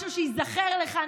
משהו שייזכר לך,